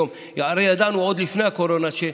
הרי ידעו עוד לפני הקורונה,